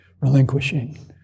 relinquishing